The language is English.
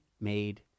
made